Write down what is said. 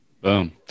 Boom